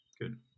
Good